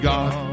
God